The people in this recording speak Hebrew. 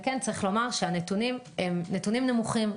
ויש לומר שהנתונים הם נמוכים,